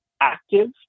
active